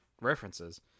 references